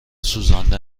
سوزانده